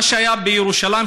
מה שהיה בירושלים,